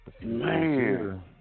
Man